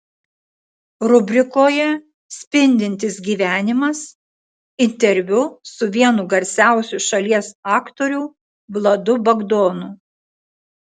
rubrikoje spindintis gyvenimas interviu su vienu garsiausių šalies aktorių vladu bagdonu